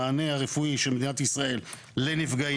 המענה הרפואי של מדינת ישראל לנפגעים